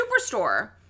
Superstore